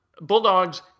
Bulldogs